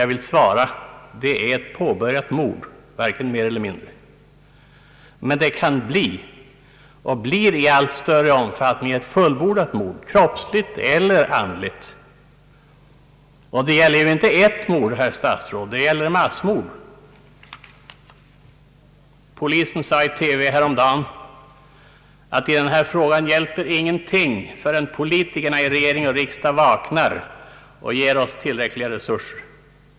Jag vill svara: Det är ett påbörjat mord, varken mer eller mindre. Men det kan bli och blir i allt större omfattning ett fullbordat mord, kroppsligt eller andligt. Och det gäller ju inte bara ett mord, herr statsråd, det är massmord. Polisen sade i TV häromdagen, att i den här frågan hjälper ingenting förrän politikerna i regering och riksdag vaknar och ger oss tillräckliga resurser.